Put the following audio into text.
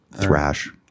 thrash